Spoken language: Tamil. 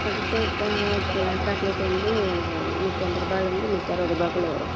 பட்டர் ஸ்காட்ச் சா சாக்லேட் வந்து நூற்றம்பத்து ரூபாலேருந்து நூற்றறுவது ரூவாக்குள்ள வரும்